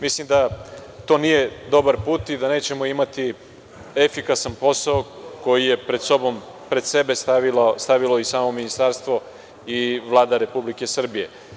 Mislim da to nije dobar put i da nećemo imati efikasan posao koji je pred sobom, pred sebe stavilo i samo ministarstvo i Vlada Republike Srbije.